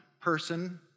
person